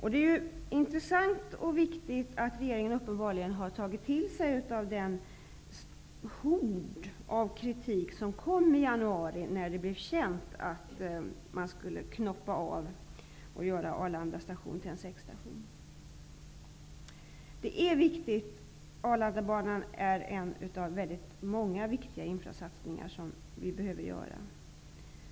Det är intressant och viktigt att regeringen uppenbarligen har tagit till sig av den hord av kritik som kom i januari när det blev känt att det skulle ske en avknoppning och att Arlanda station skulle bli en säckstation. Arlandabanan är en av många viktiga infrastruktursatsningar som behöver göras.